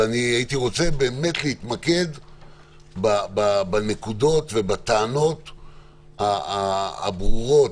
הייתי רוצה להתמקד בנקודות ובטענות הברורות,